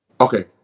Okay